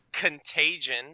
Contagion